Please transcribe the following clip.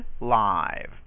live